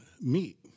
meet